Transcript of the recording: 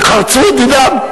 חרצו את דינם.